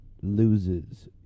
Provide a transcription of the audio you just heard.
loses